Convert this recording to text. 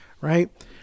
right